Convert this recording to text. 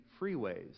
freeways